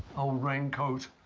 rain coat.